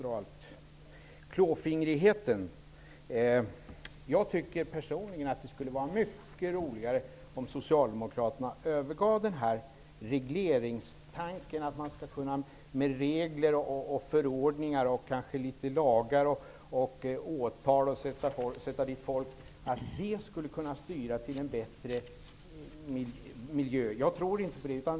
När det gäller klåfingrigheten tycker jag personligen att det skulle vara mycket roligare om Socialdemokraterna övergav regleringstanken, dvs. att man med regler och förordningar, och kanske några lagar och åtal och genom att sätta dit folk, skulle kunna styra utvecklingen mot en bättre miljö. Jag tror inte på det.